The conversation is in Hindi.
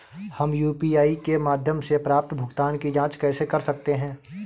हम यू.पी.आई के माध्यम से प्राप्त भुगतान की जॉंच कैसे कर सकते हैं?